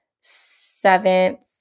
seventh